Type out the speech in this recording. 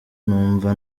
numva